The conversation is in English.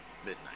Midnight